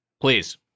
please